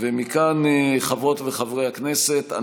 חברות וחברי הכנסת,